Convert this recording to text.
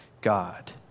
God